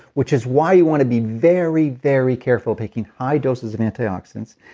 which is why you want to be very, very careful taking high doses of antioxidants.